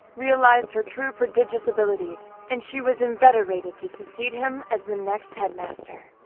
realized her true prodigious abilities and she was inveterated to succeed him as the next headmaster.